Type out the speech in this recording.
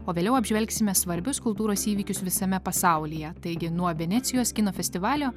o vėliau apžvelgsime svarbius kultūros įvykius visame pasaulyje taigi nuo venecijos kino festivalio